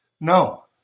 No